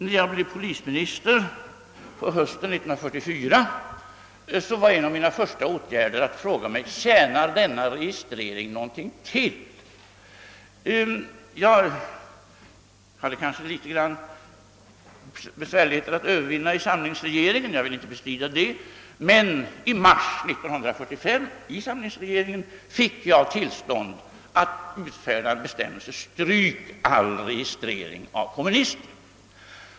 När jag på hösten 1944 blev polisminister var en av mina första åtgärder att fråga mig: Tjänar denna registrering något till? Jag hade nog vissa besvärligheter att övervinna i samlingsregeringen — jag skall inte bestrida det — men i mars 1945 fick jag i samlingsregeringen tillstånd att utfärda bestämmelser om att stryka all registrering av kommunister.